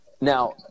Now